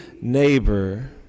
neighbor